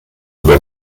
been